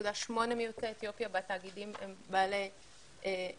8% מיוצאי אתיופיה בתאגידים הם אקדמאים